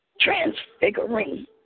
transfiguring